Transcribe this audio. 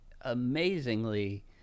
amazingly